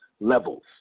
Levels